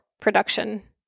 production